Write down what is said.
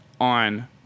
on